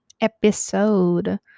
episode